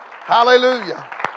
Hallelujah